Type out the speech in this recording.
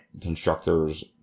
constructors